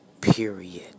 Period